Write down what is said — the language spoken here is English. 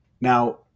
Now